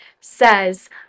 says